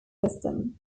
system